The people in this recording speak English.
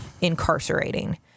incarcerating